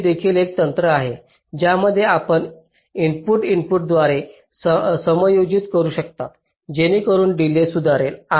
तर हे देखील एक तंत्र आहे ज्यामध्ये आपण इनपुट इनपुटद्वारे समायोजित करू शकता जेणेकरून डिलेज सुधारेल